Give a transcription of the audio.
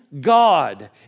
God